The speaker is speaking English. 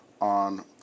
on